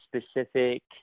specific